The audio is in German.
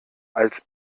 als